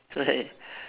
what